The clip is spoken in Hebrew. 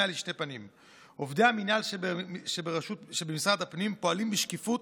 לשתי פנים: עובדי המינהל שבמשרד הפנים פועלים בשקיפות,